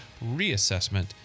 reassessment